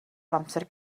amser